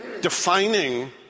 defining